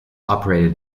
operated